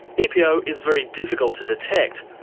epo is very difficult to detect,